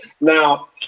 Now